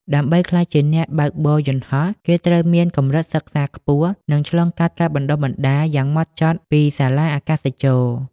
ដើម្បីក្លាយជាអ្នកបើកបរយន្តហោះ គេត្រូវមានកម្រិតសិក្សាខ្ពស់ និងឆ្លងកាត់ការបណ្ដុះបណ្ដាលយ៉ាងហ្មត់ចត់ពីសាលាអាកាសចរណ៍។